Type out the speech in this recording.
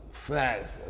Facts